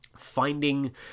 finding